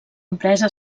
empresa